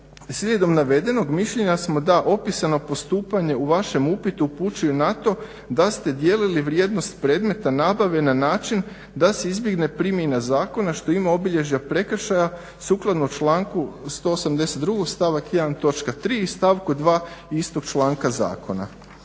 slijedom navedenog, mišljenja smo da opisano postupanje u vašem upitu upućuju na to da ste dijelili vrijednost predmeta nabave na način da se izbjegne primjena zakona što ima obilježja prekršaja sukladno članku 182. stavak 1. točka 3. i stavku 2. istog članka zakona.